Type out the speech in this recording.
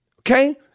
okay